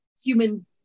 human-